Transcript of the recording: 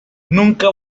nunca